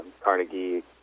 Carnegie